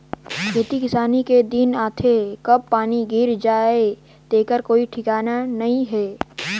खेती किसानी के दिन आथे कब पानी गिर जाही तेखर कोई ठिकाना नइ हे